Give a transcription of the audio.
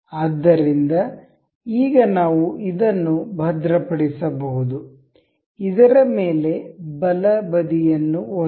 ಆದ್ದರಿಂದ ಈಗ ನಾವು ಇದನ್ನು ಭದ್ರಪಡಿಸಬಹುದು ಇದರ ಮೇಲೆ ಬಲ ಬದಿಯನ್ನು ಒತ್ತಿ